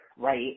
right